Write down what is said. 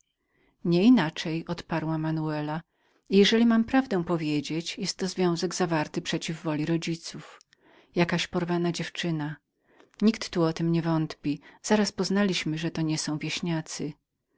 małżeństwo nieinaczej odparła manuela i jeżeli mam prawdę powiedzieć jestto związek zawarty przeciw woli rodziców jakaś porwana dziewczyna nikt tu o tem nie wątpi i zaraz poznaliśmy że to nie są wieśniacy